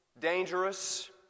dangerous